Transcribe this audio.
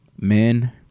men